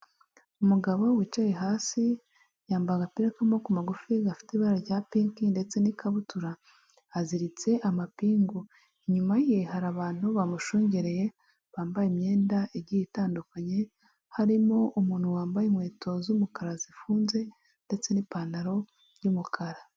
Umugabo wicaye hasi yambara agapipomo ku magufi gafite ibara rya piki ndetse n'ikabutura aziritse amapingu, inyuma ye hari abantu bamushungereye bambaye imyenda igiye itandukanye harimo umuntu wambaye inkweto z'umukara zifunze ndetse n'ipantaro y'umukara.